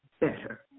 better